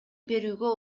берүүгө